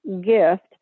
gift